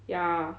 ya